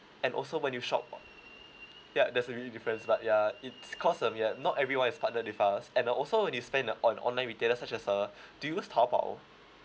and also when you shop o~ yup definitely different but ya it's cause of yup not everyone is partnered with us and also when you spend on online retailers such as uh do you use taobao